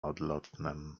odlotnem